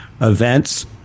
events